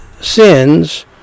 sins